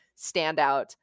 standout